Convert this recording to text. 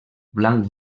blanc